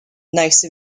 nice